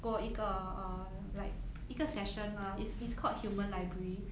过一个 err like 一个 session lah it's it's called human library